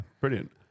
brilliant